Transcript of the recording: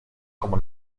como